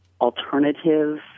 alternative